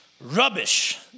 Rubbish